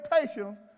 patience